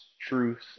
Truth